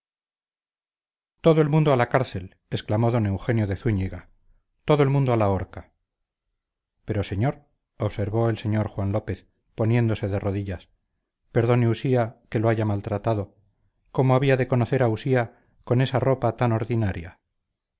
todo el mundo a la cárcel exclamó don eugenio de zúñiga todo el mundo a la horca pero señor observó el señor juan lópez poniéndose de rodillas perdone usía que lo haya maltratado cómo había de conocer a usía con esa ropa